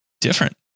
different